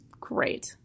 great